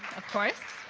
of course,